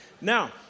Now